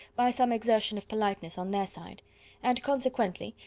by some exertion of politeness on their side and, consequently,